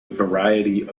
variety